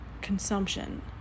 consumption